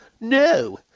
no